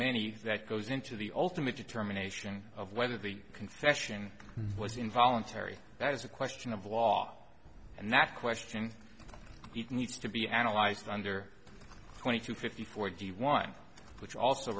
many that goes into the ultimate determination of whether the confession was involuntary that is a question of law and that question needs to be analyzed under twenty to fifty four g one which also